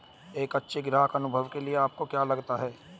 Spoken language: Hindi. एक अच्छे ग्राहक अनुभव के लिए आपको क्या लगता है?